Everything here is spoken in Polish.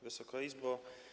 Wysoka Izbo!